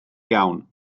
iawn